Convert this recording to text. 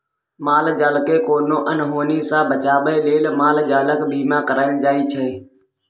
माल जालकेँ कोनो अनहोनी सँ बचाबै लेल माल जालक बीमा कराएल जाइ छै